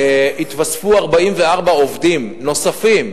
התווספו 44 עובדים נוספים,